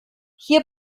hier